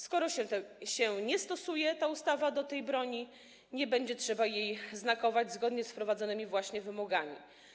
Skoro nie stosuje się tej ustawy do tej broni, nie będzie trzeba jej znakować zgodnie z wprowadzanymi właśnie wymogami.